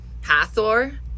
Hathor